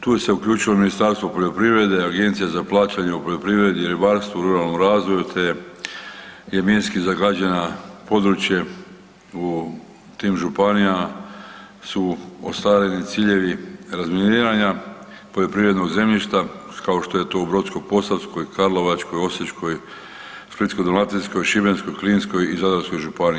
Tu se je uključilo Ministarstvo, Agencija za plaćanje u poljoprivredi, ribarstvu i ruralnom razvoju te je minski zagađena područje u tim županijama su ostvareni ciljevi razminiranja poljoprivrednog zemljišta kao što je tu u Brodsko-posavskoj, Karlovačkoj, Osječkoj, Splitsko-dalmatinskoj, Šibensko-kninskoj i Zadarskoj županiji.